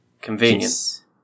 convenient